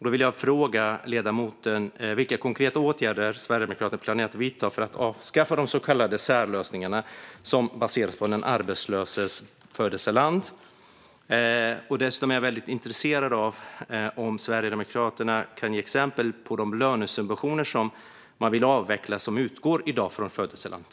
Då vill jag fråga ledamoten vilka konkreta åtgärder Sverigedemokraterna planerar att vidta för att avskaffa de så kallade särlösningar som baseras på den arbetslöses födelseland. Dessutom är jag väldigt intresserad av om Sverigedemokraterna kan ge exempel på de lönesubventioner man vill avveckla som i dag utgår från födelseland.